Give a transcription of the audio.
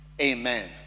Amen